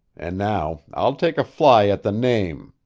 and now i'll take a fly at the name.